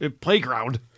playground